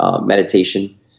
meditation